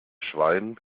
schwein